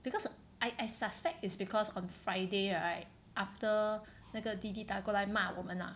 because I I suspect is because on Friday right after 那个 D_D 打过来骂我们 ah